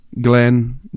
Glenn